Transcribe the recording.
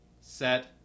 set